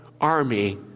army